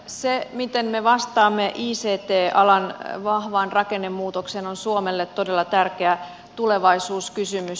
se miten me vastaamme ict alan vahvaan rakennemuutokseen on suomelle todella tärkeä tulevaisuuskysymys